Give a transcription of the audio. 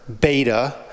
beta